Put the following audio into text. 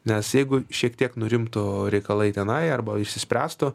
nes jeigu šiek tiek nurimtų reikalai tenai arba išsispręstų